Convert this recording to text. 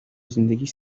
زندگیش